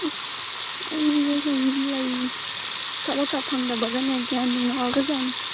ꯏꯁ ꯑꯩꯗꯤ ꯑꯗꯨꯝ ꯂꯩꯔꯤ ꯊꯕꯛꯀ ꯐꯪꯗꯒꯕꯅꯦ ꯒ꯭ꯌꯥꯟ ꯉꯥꯎꯔꯕ ꯖꯥꯠꯅꯤ